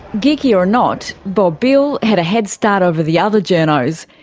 geeky or not, bob beale had a head start over the other journos.